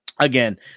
Again